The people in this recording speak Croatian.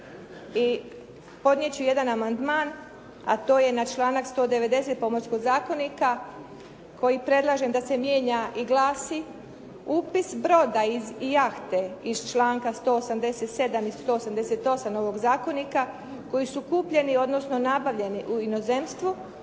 I podnijet ću jedan amandman, a to je na članak 190. Pomorskog zakonika, koji predlažem da se mijenja i glasi: "Upis broda i jahte iz članka 187. i 188. novog zakonika, koji su kupljeni, odnosno nabavljeni u inozemstvu,